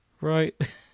Right